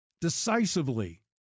decisively